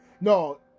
no